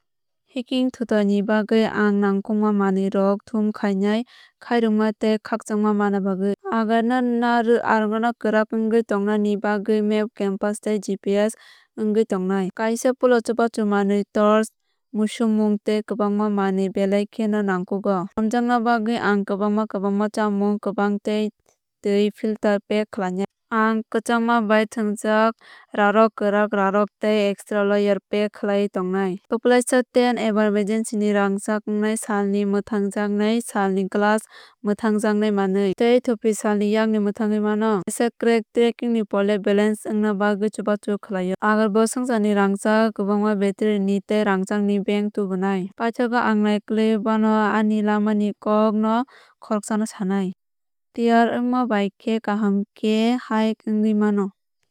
Hiking thutai ni bagwi ang nangkukma manwi rok thum khai nai khairokma tei khakchangma manna bagwi. Ang no kwrak wngwi tongnani bagui map compass tei GPS wngwi tongnai. Kaisa puila chubachu manwi torch muisupmung tei kwbangma manwi belai kheno nangkukgo. Khamjakna bagwi ang kwbangma kwbangma chamung kwbang twi tei twi filter pack khlainai. Ang kwchangma bai thwngjak rírok kwrak rírok tei extra layer pack khlaiwi thwngnai. Kwplaisa tent eba emergency ni rangchak wngnai salni mwthangjaknai salni glass mwthangjaknai manwi tei thopi salni yakni mwthangwi mano. Kaisa trekking ni pole balance wngna bagwi chubachu khlaio. Ang bo swngcharni rangchak kwbangma batteri tei rangchakni bank tubunai. Paithakgu ang naikoloui bagwi ani lama ni kok no khoroksano sanai. Tiyar wngma bai khe kaham khe hike wngwi mano.